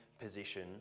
position